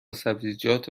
سبزیجات